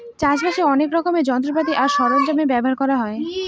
চাষ বাসে অনেক রকমের যন্ত্রপাতি আর সরঞ্জাম ব্যবহার করা হয়